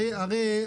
הרי,